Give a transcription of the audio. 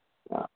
ആ